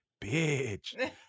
bitch